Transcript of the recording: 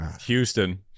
Houston